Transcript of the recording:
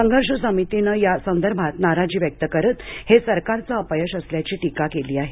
संघर्ष समितीनं या संदर्भात नाराजी व्यक्त करत हे सरकारचं अपयश असल्याची टीका केली आहे